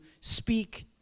speak